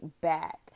back